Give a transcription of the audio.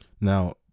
Now